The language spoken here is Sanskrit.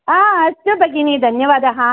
हा अस्तु भगिनि धन्यवादः